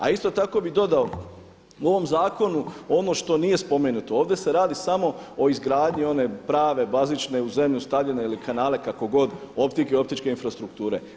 A isto tako bi dodao u ovom zakonu ono što nije spomenuto, ovdje se radi samo o izgradnji one prave bazične u zemlju stavljene ili kanale kako god optike i optičke infrastrukture.